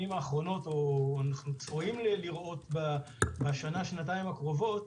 האחרונות או צפויים לראות בשנה-שנתיים הקרובות,